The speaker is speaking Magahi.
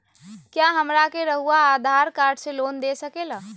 क्या हमरा के रहुआ आधार कार्ड से लोन दे सकेला?